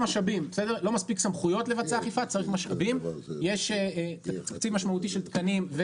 לא, בסדר אני